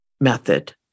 method